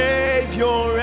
Savior